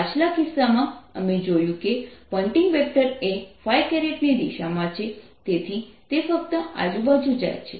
પાછલા કિસ્સામાં અમે જોયું કે પોઇન્ટિંગ વેક્ટર એ ની દિશામાં છે તેથી તે ફક્ત આજુબાજુ જાય છે